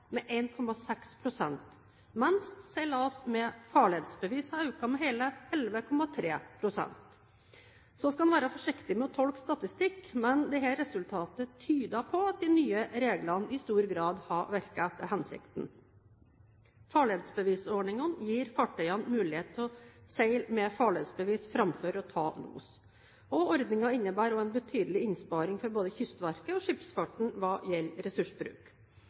med 1,6 pst., mens seilas med farledsbevis har økt med hele 11,3 pst. Man skal være forsiktig med å tolke statistikk, men dette resultatet tyder på at de nye reglene i stor grad har virket etter hensikten. Farledsbevisordningen gir fartøyene mulighet til å seile med farledsbevis fremfor å ta los. Ordingen innebærer også en betydelig innsparing for både Kystverket og skipsfarten hva gjelder ressursbruk.